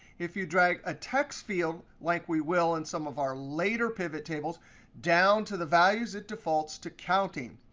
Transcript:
if you drag a text field, like we will in some of our later pivottable, down to the values, it defaults to counting.